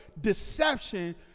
deception